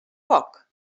poc